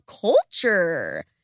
culture